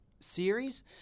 Series